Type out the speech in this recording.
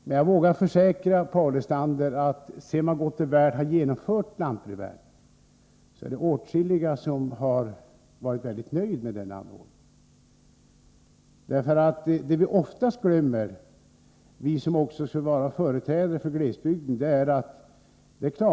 Men jag vågar försäkra Paul Lestander, att sedan lantbrevbäringen väl har införts har åtskilliga varit mycket nöjda med denna anordning. Vad vi oftast glömmer — vi som också skall vara företrädare för glesbygden — är att dett.ex.